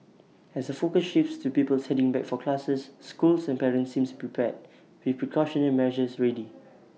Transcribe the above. as the focus shifts to pupils heading back for classes schools and parents seems prepared with precautionary measures ready